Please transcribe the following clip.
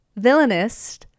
villainist